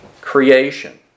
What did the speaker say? creation